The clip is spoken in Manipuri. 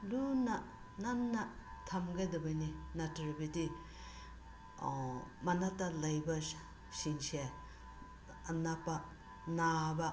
ꯂꯨꯅ ꯅꯥꯟꯅ ꯊꯝꯒꯗꯕꯅꯤ ꯅꯠꯇ꯭ꯔꯕꯗꯤ ꯃꯅꯥꯛꯇ ꯂꯩꯕ ꯁꯤꯡꯁꯦ ꯑꯅꯥꯕ ꯅꯥꯕ